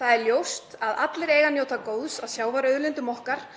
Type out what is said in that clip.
Það er ljóst að allir eiga að njóta góðs af sjávarauðlindum okkar